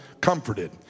comforted